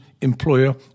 employer